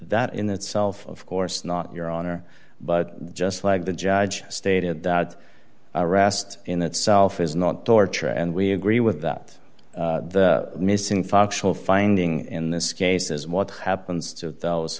that in itself of course not your honor but just like the judge stated that arrest in itself is not torture and we agree with that the missing factual finding in this case is what happens to those